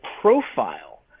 profile